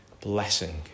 blessing